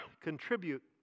contribute